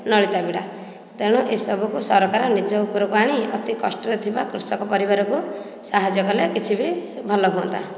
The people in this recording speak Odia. ନଳିତା ବିଡ଼ା ତେଣୁ ଏସବୁକୁ ସରକାର ନିଜ ଉପରକୁ ଆଣି ଅତି କଷ୍ଟରେ ଥିବା କୃଷକ ପରିବାରକୁ ସାହାଯ୍ୟ କଲେ କିଛି ବି ଭଲ ହୁଅନ୍ତା